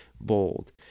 bold